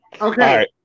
Okay